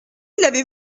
l’avez